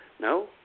No